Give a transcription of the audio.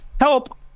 help